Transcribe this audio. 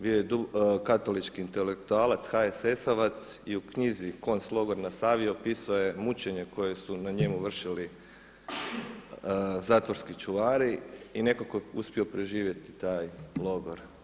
Bio je katolički intelektualac, HSS-ovac i u knjizi „Konclogor na Savi“ opisuje mučenje koje su na njemu vršili zatvorski čuvari i nekako je uspio preživjeti taj logor.